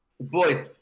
Boys